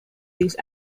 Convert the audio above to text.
these